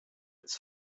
its